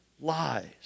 lies